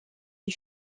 les